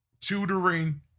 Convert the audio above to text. tutoring